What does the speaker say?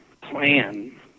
plan